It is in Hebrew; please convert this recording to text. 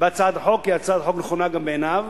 בהצעת החוק כי הצעת החוק נכונה גם בעיניו,